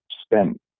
spent